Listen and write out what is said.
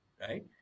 Right